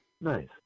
Nice